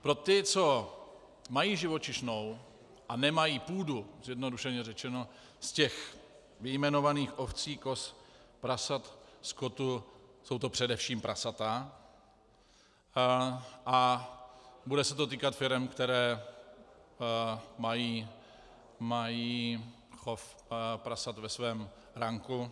Pro ty, co mají živočišnou a nemají půdu, zjednodušeně řečeno, z těch vyjmenovaných ovcí, koz, prasat, skotu jsou to především prasata, a bude se to týkat především firem, které mají chov prasat ve svém ranku.